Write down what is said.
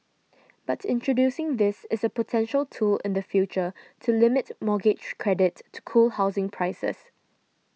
but introducing this is a potential tool in the future to limit mortgage credit to cool housing prices